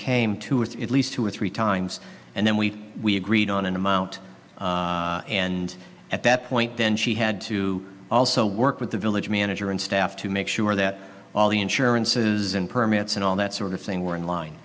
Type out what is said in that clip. came to with at least two or three times and then we we agreed on an amount and at that point then she had to also work with the village manager and staff to make sure that all the insurances and permits and all that sort of thing were in line